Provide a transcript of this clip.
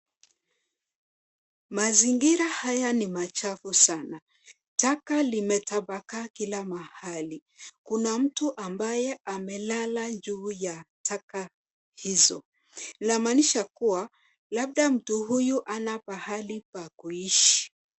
Mazingira haya ni machafu sana. Taka limetapakaa kila mahali. Kuna mtu ambaye amelele juu ya taka hizo. Inamaanisha kuwa labda mtu huyu hana pahali pa kuishi.